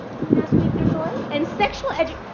can you not squeak your toy? and sexual edu.